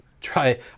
try